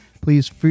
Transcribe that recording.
please